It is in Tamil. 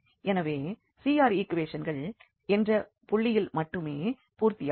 எனவே CR ஈக்குவேஷன்கள் z0 என்ற புள்ளியில் மட்டுமே பூர்த்தியாகும்